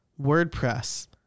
WordPress